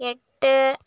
എട്ട്